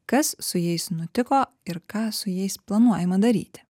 kas su jais nutiko ir ką su jais planuojama daryti